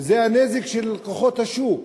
וזה הנזק של כוחות השוק.